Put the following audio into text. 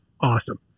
awesome